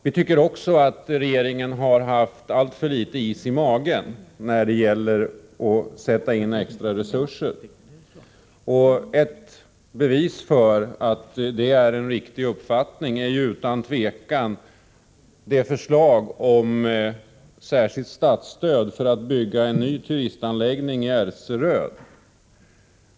Vi tycker att regeringen har haft alltför litet is i magen när det gäller att sätta in extra resurser. Ett bevis för att detta är en riktig uppfattning är utan tvivel förslaget om särskilt statligt stöd för att bygga en ny turistanläggning i Ertseröd.